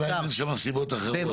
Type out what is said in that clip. השאלה אם יש שם סיבות אחרות?